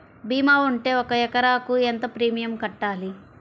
భీమా ఉంటే ఒక ఎకరాకు ఎంత ప్రీమియం కట్టాలి?